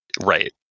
Right